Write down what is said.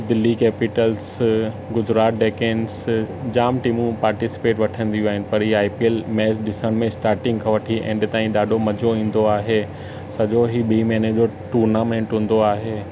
Delhi capitals Gujarat डेकेन्स जाम टीमूं पार्टीसिपेट वठंदियूं आहिनि पर इहा आई पी एल मैच ॾिसण में स्टार्टिंग खां वठी एंड ताईं ॾाढो मज़ो ईंदो आहे सॼो ई ॿ महीने जो टूर्नामेंट हूंदो आहे